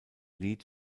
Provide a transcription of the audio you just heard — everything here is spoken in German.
lied